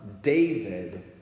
David